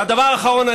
והדבר האחרון,